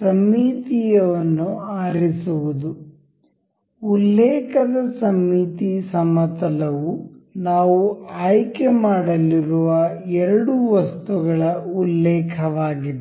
ಸಮ್ಮಿತೀಯವನ್ನು ಆರಿಸುವುದು ಉಲ್ಲೇಖದ ಸಮ್ಮಿತಿ ಸಮತಲವು ನಾವು ಆಯ್ಕೆ ಮಾಡಲಿರುವ ಎರಡು ವಸ್ತುಗಳ ಉಲ್ಲೇಖವಾಗಿದೆ